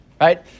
right